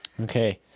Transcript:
Okay